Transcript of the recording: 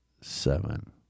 seven